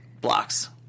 blocks